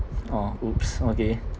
oh !oops! okay